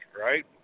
right